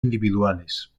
individuales